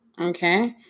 Okay